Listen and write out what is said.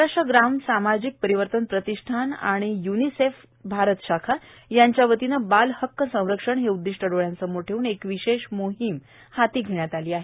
महाराष्ट्र ग्राम सामाजिक परिवर्तन प्रतिष्ठान आणि य्निसेफ भारत शाखा यांच्या वतीने बाल हक्क संरक्षण हे उददिष्ट डोळ्यासमोर ठेवून एक विशेष मोहीम हाती घेण्यात आली आहे